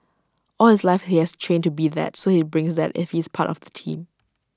all his life he has trained to be that so he brings that if he's part of the team